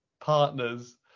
partners